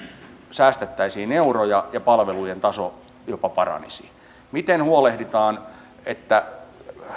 säästettäisiin euroja ja palvelujen taso jopa paranisi miten huolehditaan kokonaisuudesta että